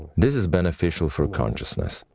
this is beneficial for consciousness.